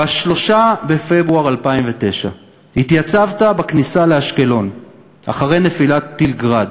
ב-3 בפברואר 2009 התייצבת בכניסה לאשקלון אחרי נפילת טיל "גראד",